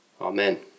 Amen